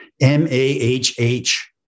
M-A-H-H